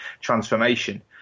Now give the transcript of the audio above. transformation